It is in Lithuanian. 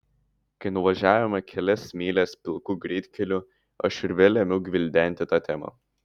kai nuvažiavome kelias mylias pilku greitkeliu aš ir vėl ėmiau gvildenti tą temą